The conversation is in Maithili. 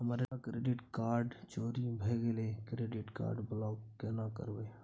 हमर डेबिट कार्ड चोरी भगेलै डेबिट कार्ड ब्लॉक केना करब?